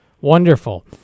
wonderful